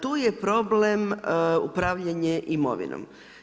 Tu je problem upravljanje imovinom.